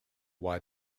why